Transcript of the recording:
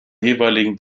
jeweiligen